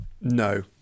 No